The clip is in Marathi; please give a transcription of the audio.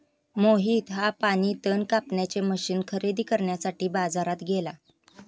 मोहित हा पाणी तण कापण्याचे मशीन खरेदी करण्यासाठी बाजारात गेला